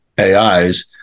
ais